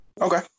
Okay